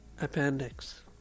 appendix